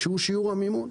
שהוא שיעור המימון,